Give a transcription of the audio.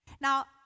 Now